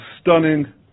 stunning